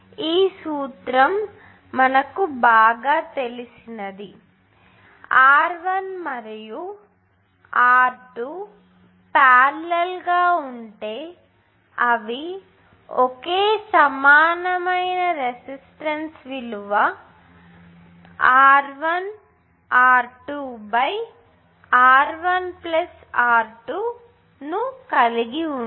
ఈ సూత్రం మీకు బాగా తెలుసుంటుంది R1 మరియు R2 పారలెల్ గా ఉంటే అవి ఒకే సమానమైన రెసిస్టెన్స్ విలువ ని R1 R2 R1R2 కలిగి ఉంటాయి